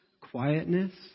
quietness